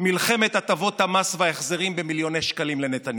מלחמת הטבות המס וההחזרים במיליוני שקלים לנתניהו.